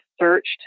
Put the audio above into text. searched